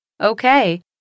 Okay